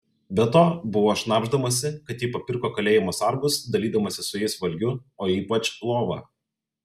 be to buvo šnabždamasi kad ji papirko kalėjimo sargus dalydamasi su jais valgiu o ypač lova